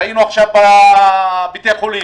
ראינו עכשיו בבתי החולים,